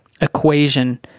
equation